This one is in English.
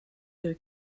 their